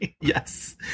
Yes